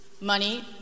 money